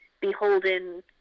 beholden